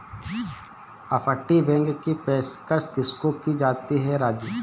अपतटीय बैंक की पेशकश किसको की जाती है राजू?